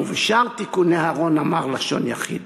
ובשאר פרטי תיקוני הארון אמר לשון יחיד,